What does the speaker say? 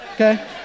Okay